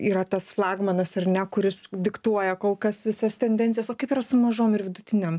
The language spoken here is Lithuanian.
yra tas flagmanas ar ne kuris diktuoja kol kas visas tendencijas o kaip yra su mažom ir vidutinėm